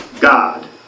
God